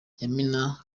yamina